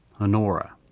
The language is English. Honora